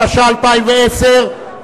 התש"ע 2010,